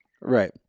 right